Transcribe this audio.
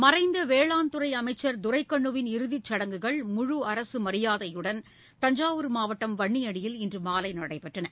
மறைந்த வேளாண் துறை அமைச்சர் துரைக்கண்ணுவின் இறுதிச் சடங்குகள் முழு அரசு மரியாதையுடன் தஞ்சாவூர் மாவட்டம் வன்னியடியில் இன்று மாலை நடைபெற்றன